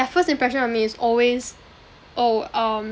that first impression of me is always oh um